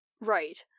right